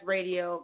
Radio